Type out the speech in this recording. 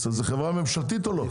זה חברה ממשלתית או לא?